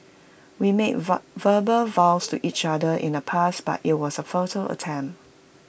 we made verbal vows to each other in the past but IT was A futile attempt